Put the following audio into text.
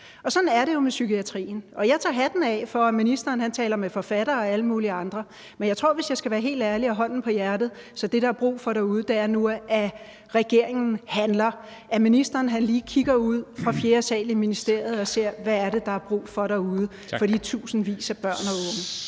Og sådan er det med psykiatrien, og jeg tager hatten af for, at ministeren taler med forfattere og alle mulige andre, men jeg tror, hvis jeg skal være helt ærlig og med hånden på hjertet, at det, der er brug for derude, er, at regeringen handler, at ministeren lige kigger ud fra fjerde sal i ministeriet og ser, hvad det er, der er brug for derude for de tusindvis af børn og unge.